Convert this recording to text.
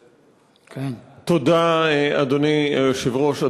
תודה, אדוני היושב-ראש.